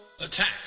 Attack